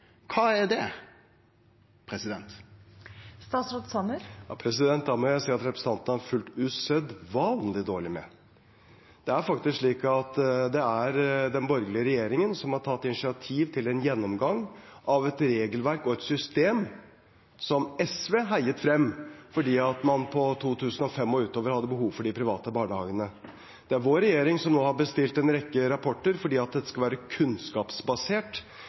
er det? Da må jeg si at representanten har fulgt usedvanlig dårlig med. Det er faktisk slik at det er den borgerlige regjeringen som har tatt initiativ til en gjennomgang av et regelverk og et system som SV heiet frem fordi man i 2005 og utover hadde behov for de private barnehagene. Det er vår regjering som nå har bestilt en rekke rapporter fordi dette skal være kunnskapsbasert.